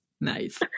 Nice